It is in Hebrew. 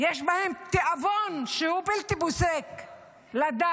יש בהם תיאבון שהוא בלתי פוסק לדם,